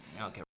Okay